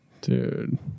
Dude